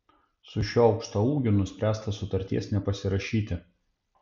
su šiuo aukštaūgiu nuspręsta sutarties nepasirašyti